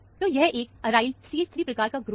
तो यह एक एराइल CH3 प्रकार का ग्रुप है